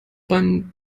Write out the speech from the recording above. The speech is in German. beim